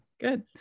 good